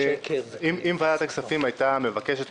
אם ועדת הכספים הייתה מבקשת,